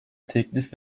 teklif